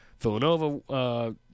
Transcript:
Villanova